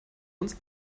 uns